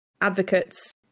advocates